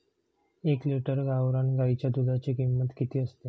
एक लिटर गावरान गाईच्या दुधाची किंमत किती असते?